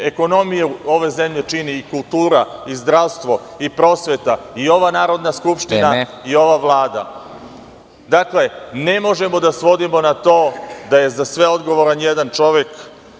Ekonomiju ove zemlje čini i kultura i zdravstvo i prosveta i ova Narodna skupština i ova Vlada. (Predsednik: Vreme.) Dakle, ne možemo da svodimo na to da je za sve odgovoran jedan čovek.